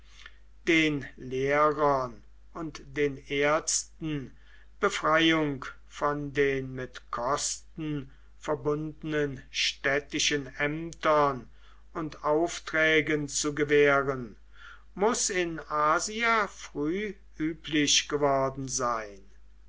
den lehrern und den ärzten befreiung von den mit kosten verbundenen städtischen ämtern und aufträgen zu gewähren muß in asia früh üblich geworden sein